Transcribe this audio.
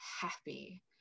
happy